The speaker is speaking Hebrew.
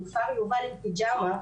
בכפר יובל עם פיג'מה,